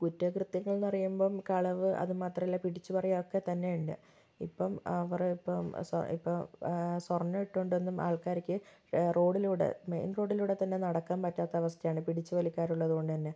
കുറ്റകൃത്യങ്ങള് എന്ന് പറയുമ്പം കളവ് അതുമാത്രമല്ല പിടിച്ചുപറി അതൊക്കെ തന്നെയുണ്ട് ഇപ്പം അവർ ഇപ്പം ഇപ്പം സ്വര്ണ്ണം ഇട്ടുകൊണ്ടൊന്നും ആള്ക്കാർക്ക് റോഡിലൂടെ മെയിന് റോഡിലൂടെ തന്നെ നടക്കാന് പറ്റാത്ത അവസ്ഥയാണ് പിടിച്ചുവലിക്കാർ ഉള്ളത് കൊണ്ടുതന്നെ